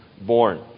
born